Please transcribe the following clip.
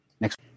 Next